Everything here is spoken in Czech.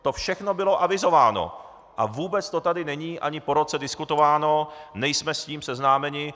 To všechno bylo avizováno a vůbec to tady není ani po roce diskutováno, nejsme s tím seznámeni.